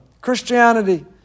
Christianity